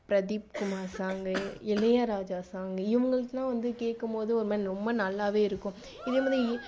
Pradeep Kumar song Ilaiyaraaja song இவங்குளதுலா வந்து கேட்கும் போது ஒரு மாதிரி ரொம்ப நல்லாவே இருக்கும் இதே